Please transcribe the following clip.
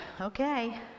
Okay